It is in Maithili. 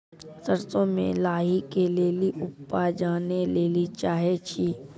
सरसों मे लाही के ली उपाय जाने लैली चाहे छी?